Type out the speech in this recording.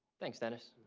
thanks, dennis.